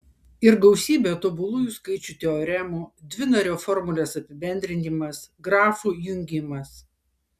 ir gausybė tobulųjų skaičių teoremų dvinario formulės apibendrinimas grafų jungimas